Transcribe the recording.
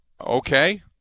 Okay